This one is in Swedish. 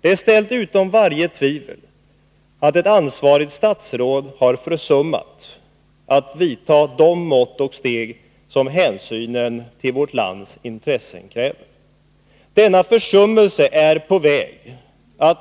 Det är ställt utom varje tvivel att ett ansvarigt statsråd har försummat att vidta de mått och steg som hänsynen till vårt lands intressen kräver. Denna försummelse är nu på väg att